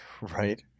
Right